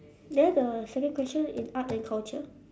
there the second question in art and culture